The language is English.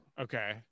Okay